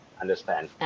Understand